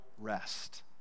rest